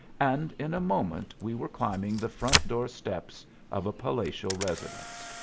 and in a moment we were climbing the front door steps of a palatial residence.